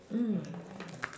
mm